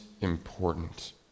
important